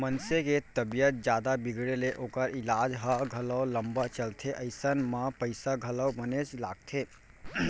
मनसे के तबीयत जादा बिगड़े ले ओकर ईलाज ह घलौ लंबा चलथे अइसन म पइसा घलौ बनेच लागथे